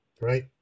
right